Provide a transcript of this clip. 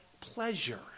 pleasure